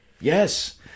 Yes